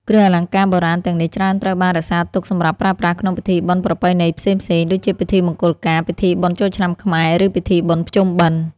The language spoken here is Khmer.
គ្រឿងអលង្ការបុរាណទាំងនេះច្រើនត្រូវបានរក្សាទុកសម្រាប់ប្រើប្រាស់ក្នុង ពិធីបុណ្យប្រពៃណី ផ្សេងៗ ដូចជាពិធីមង្គលការ ពិធីបុណ្យចូលឆ្នាំខ្មែរ ឬពិធីបុណ្យភ្ជុំបិណ្ឌ។